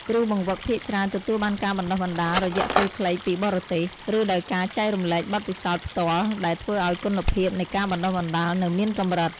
គ្រូបង្វឹកភាគច្រើនទទួលបានការបណ្តុះបណ្តាលរយៈពេលខ្លីពីបរទេស ឬដោយការចែករំលែកបទពិសោធន៍ផ្ទាល់ ដែលធ្វើឱ្យគុណភាពនៃការបណ្តុះបណ្តាលនៅមានកម្រិត។